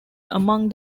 among